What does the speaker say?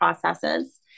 processes